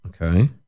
Okay